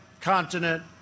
continent